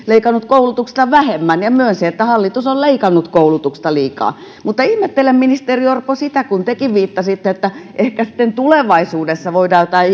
leikannut koulutuksesta vähemmän ja myönsi että hallitus on leikannut koulutuksesta liikaa mutta ihmettelen ministeri orpo sitä kun tekin viittasitte että ehkä sitten tulevaisuudessa voidaan joitain